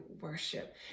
worship